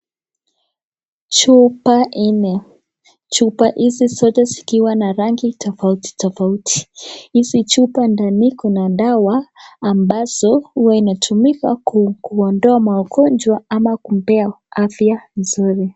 Chupa nne chupa hizi zote zikiwa na rangi tofauti tofauti hizi chupa ndani kuna dawa ambazo huwa inatumika kuondoa magonjwa ama kumpea afya mzuri.